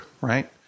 right